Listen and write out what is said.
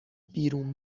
بیرون